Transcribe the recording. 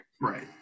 right